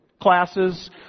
classes